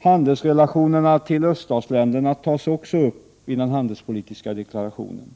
Handelsrelationerna till öststatsländerna tas också upp i den handelspolitiska deklarationen.